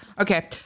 okay